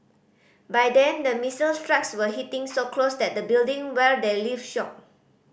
by then the missile strikes were hitting so close that the building where they lived shook